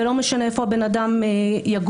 ולא משנה איפה הבן-אדם יגור,